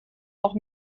noch